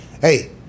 hey